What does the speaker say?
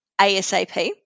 ASAP